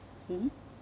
mmhmm